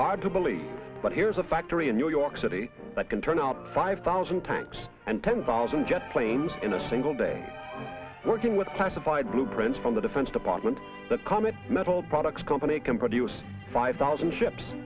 hard to believe but here's a factory in new york city that can turn out five thousand tanks and ten thousand jet planes in a single day working with classified blueprints from the defense department the common metal products company can produce five thousand ships